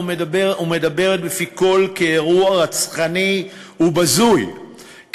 ומדוברת בפי כול כאירוע רצחני ובזוי,